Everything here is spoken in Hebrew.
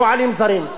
פועלים זרים?